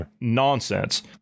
nonsense